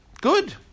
Good